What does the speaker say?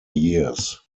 years